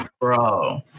bro